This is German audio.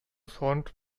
saint